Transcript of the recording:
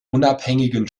unabhängigen